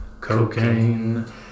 Cocaine